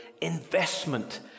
investment